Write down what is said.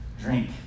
drink